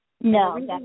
no